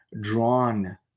drawn